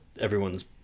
everyone's